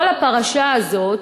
כל הפרשה הזאת,